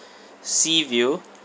sea view